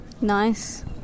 Nice